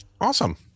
Awesome